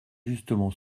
justement